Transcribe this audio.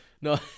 no